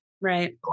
Right